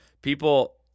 people